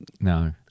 No